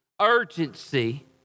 Urgency